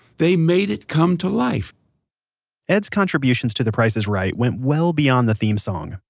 they made it come to life edd's contributions to the price is right went well beyond the theme song.